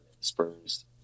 Spurs